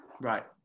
Right